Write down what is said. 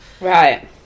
Right